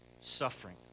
suffering